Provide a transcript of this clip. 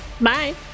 Bye